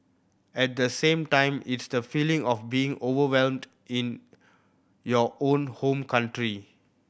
at the same time it's the feeling of being overwhelmed in your own home country